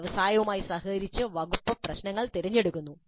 വ്യവസായവുമായി സഹകരിച്ച് വകുപ്പ് പ്രശ്നങ്ങൾ തിരഞ്ഞെടുക്കുന്നു